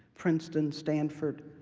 princeton, stanford,